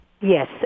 Yes